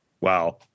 wow